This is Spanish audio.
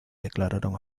declararon